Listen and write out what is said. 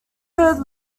third